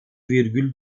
virgül